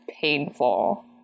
painful